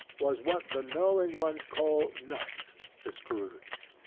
was what the knowing ones call nuts to scrooge.